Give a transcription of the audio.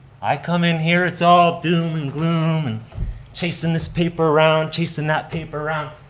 i come in here, it's all doom and gloom and chasing this paper around, chasing that paper around.